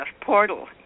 Portal